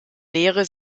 lehre